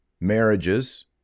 marriages